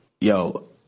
yo